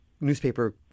newspaper